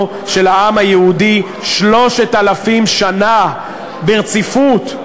של העם היהודי 3,000 שנה ברציפות.